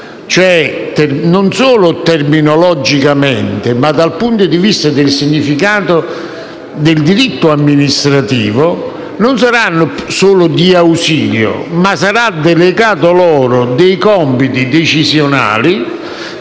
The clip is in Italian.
che non solo terminologicamente, ma dal punto di vista del significato del diritto amministrativo non saranno più solo di ausilio, ma saranno delegati loro dei compiti decisionali